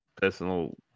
personal